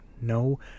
No